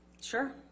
sure